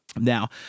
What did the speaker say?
Now